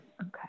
Okay